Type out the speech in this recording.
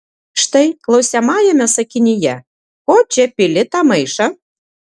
štai klausiamajame sakinyje ko čia pili tą maišą